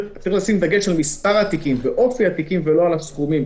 צריך לשים דגש על מספר התיקים ואופי התיקים ולא על הסכומים,